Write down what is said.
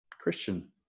Christian